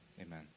Amen